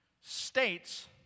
states